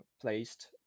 placed